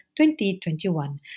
2021